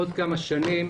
עוד כמה שנים.